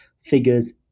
figures